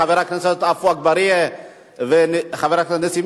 חבר הכנסת עפו אגבאריה וחבר הכנסת נסים,